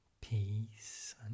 peace